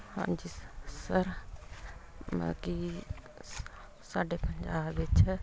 ਹਾਂਜੀ ਸਰ ਬਾਕੀ ਸਾਡੇ ਪੰਜਾਬ ਵਿੱਚ